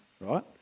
right